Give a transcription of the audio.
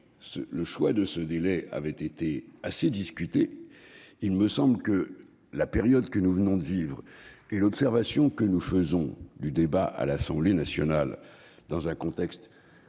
le choix de ce délai avait été assez discuté. La période que nous venons de vivre et l'observation que nous faisons du débat à l'Assemblée nationale, dans un contexte